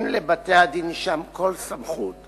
אין לבתי-הדין שם כל סמכות